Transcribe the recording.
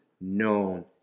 known